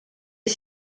est